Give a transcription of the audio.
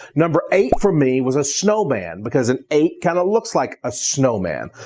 number eight for me was a snowman, because an eight kind of looks like a snowman.